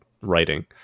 writing